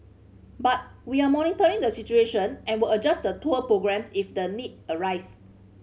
but we are monitoring the situation and will adjust the tour programmes if the need arise